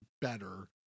better